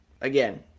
Again